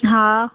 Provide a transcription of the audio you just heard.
हा